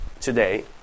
today